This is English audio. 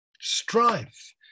strife